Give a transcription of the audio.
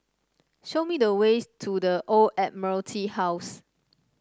show me the way to The Old Admiralty House